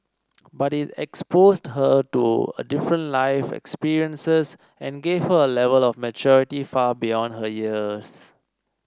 but it exposed her to different life experiences and gave her A Level of maturity far beyond her years